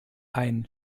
ein